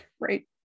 Right